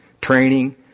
Training